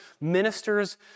ministers